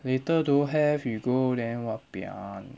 later don't have you go then !wahpiang!